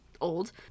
Old